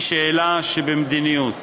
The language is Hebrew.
היא שאלה שבמדיניות.